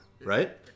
right